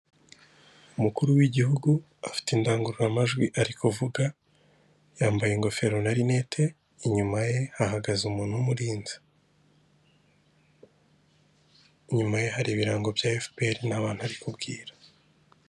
umukuru w'igihugu afite indangururamajwi ari kuvuga, yambaye ingofero na rinete, inyuma ye hahagaze umuntu umurinze. Inyuma ye hari ibirango bya efu pe ri n'abantu ari kubwira.